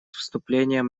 вступлением